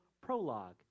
prologue